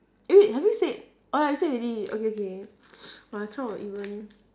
eh wait have you said oh ya you said already okay okay !wah! I cannot even